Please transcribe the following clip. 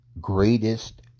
Greatest